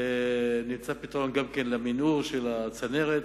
ונמצא גם פתרון למנהור של הצנרת.